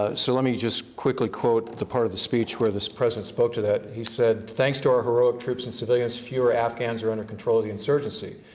ah so let me just quickly quote the part of the speech where the president spoke to that. he said thanks to our heroic troops and civilians, fewer afghans are under control of the insurgency.